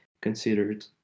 considered